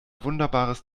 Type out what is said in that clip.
wunderbares